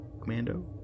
Commando